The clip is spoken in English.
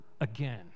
again